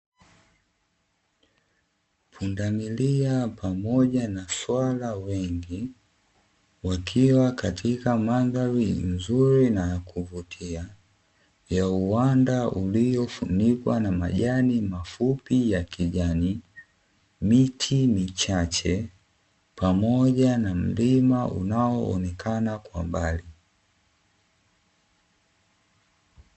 Pundamilia pamoja na swala wengi wakiwa katika mandhari nzuri na kuvutia ya uwanda uliofunikwa na majani mafupi ya kijani miti michache pamoja na mlima unao onekana kwa mbali.